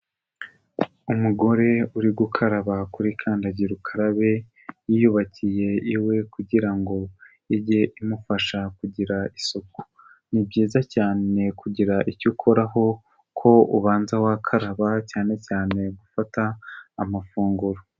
Umugore uri gukaraba kuri kandagirukarabe yiyubakiye iwe kugira ngo ijye imufasha kugira isuku, ni byiza cyane kugira icyo ukoraho ko ubanza wakaraba cyane cyane gufata amafunguro.